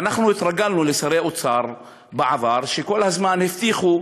והתרגלנו לשרי אוצר בעבר שכל הזמן הבטיחו,